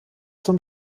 zum